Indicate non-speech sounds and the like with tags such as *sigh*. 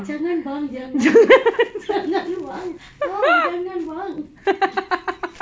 jangan bang jangan *laughs* jangan bang !ow! jangan bang